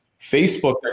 Facebook